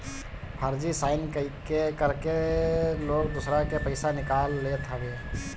फर्जी साइन करके लोग दूसरा के पईसा निकाल लेत हवे